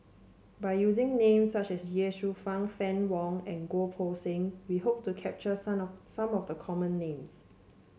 by using names such as Ye Shufang Fann Wong and Goh Poh Seng we hope to capture some of some of the common names